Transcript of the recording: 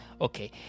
okay